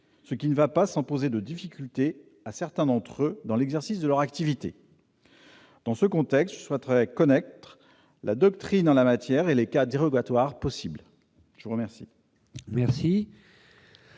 ce qui ne va pas sans poser des difficultés à certains d'entre eux dans l'exercice de leur activité. Dans ce contexte, je souhaiterais connaître la doctrine en la matière et les cas dérogatoires possibles. La parole